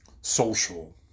social